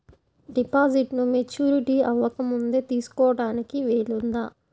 డిపాజిట్ను మెచ్యూరిటీ అవ్వకముందే తీసుకోటానికి వీలుందా?